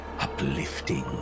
Uplifting